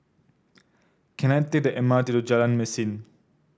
can I take the M R T to Jalan Mesin